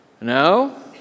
No